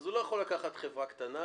אז היא לא יכולה לקחת חברה קטנה,